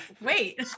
wait